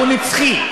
והוא נצחי,